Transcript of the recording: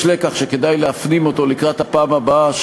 לקח שכדאי להפנים אותו לקראת הפעם הבאה,